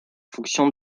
fonction